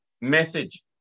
message